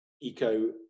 eco